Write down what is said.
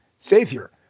Savior